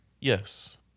Yes